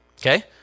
okay